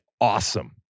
awesome